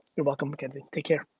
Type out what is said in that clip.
you're welcome, mackenzie, take care.